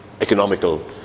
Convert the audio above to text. economical